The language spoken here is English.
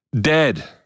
dead